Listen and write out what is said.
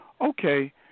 okay